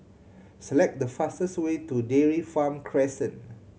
select the fastest way to Dairy Farm Crescent